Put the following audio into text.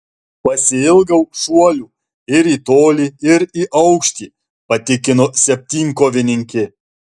pasiilgau šuolių ir į tolį ir į aukštį patikino septynkovininkė